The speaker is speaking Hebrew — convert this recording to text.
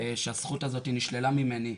והזכות הזאת נשללה ממני,